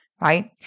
right